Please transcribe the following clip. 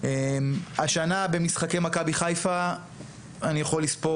השנה במשחקי מכבי חיפה אני יכול לספור